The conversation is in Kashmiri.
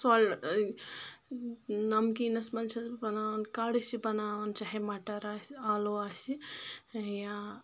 نَمکیٖنَس منٛز چھَس بہٕ بَناوَن کَڑٕ چھِ بَناوَن چاہے مَٹَر آسہِ آلو آسہِ یا